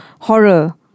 Horror